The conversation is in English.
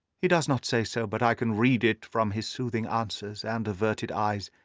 he does not say so, but i can read it from his soothing answers and averted eyes.